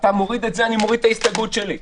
אתה מוריד את זה, אני מוריד את ההסתייגות שלי.